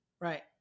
right